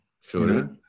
Sure